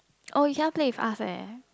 oh you cannot play with us eh